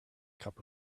cup